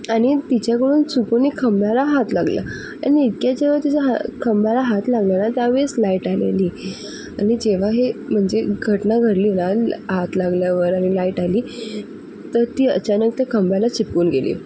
आणि तिच्याकडून चुकून एका खांबाला हात लागला आणि इतक्यात जेव्हा तिचा हात खांबाला हात लावलेला त्यावेळेस लाईट आलेली आणि जेव्हा हे म्हणजे घटना घडली ना हात लागल्यावर आणि लाईट आली तर ती अचानक त्या खांबाला चिपकून गेली